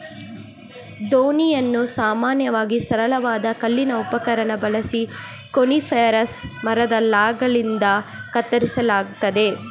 ದೋಣಿಯನ್ನು ಸಾಮಾನ್ಯವಾಗಿ ಸರಳವಾದ ಕಲ್ಲಿನ ಉಪಕರಣ ಬಳಸಿ ಕೋನಿಫೆರಸ್ ಮರದ ಲಾಗ್ಗಳಿಂದ ಕತ್ತರಿಸಲಾಗ್ತದೆ